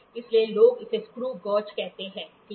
इसलिए लोग इसे स्क्रू गेज् कहते हैं ठीक है